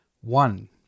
One